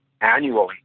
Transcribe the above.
annually